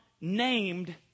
named